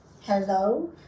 hello